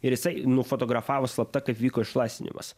ir jisai nufotografavo slapta kaip vyko išlaisvinimas